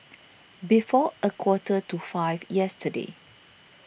before a quarter to five yesterday